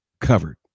covered